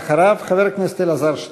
אדוני, ואחריו, חבר הכנסת אלעזר שטרן.